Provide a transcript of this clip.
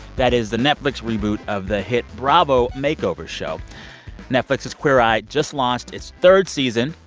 that is the netflix reboot of the hit bravo makeover show netflix's queer eye just launched its third season.